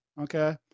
okay